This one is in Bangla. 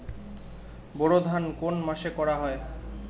বোরো ধান কোন মাসে করা হয়?